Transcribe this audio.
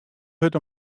hurd